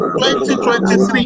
2023